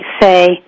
say